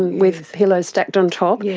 with pillows stacked on top, yeah